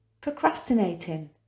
Procrastinating